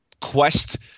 quest